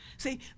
See